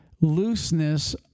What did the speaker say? looseness